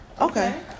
Okay